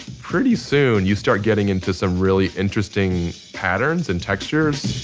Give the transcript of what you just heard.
pretty soon, you start getting into some really interesting patterns and textures